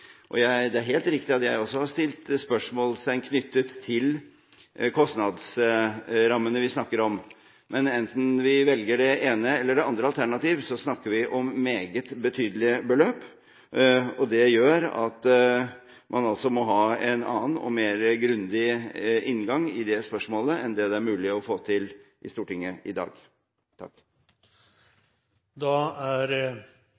Det er helt riktig at jeg også har stilt spørsmål ved kostnadsrammene vi snakker om. Men enten vi velger det ene eller det andre alternativet snakker vi om meget betydelige beløp. Det gjør at man må ha en annen og mer grundig inngang til det spørsmålet enn det det er mulig å få til i Stortinget i dag.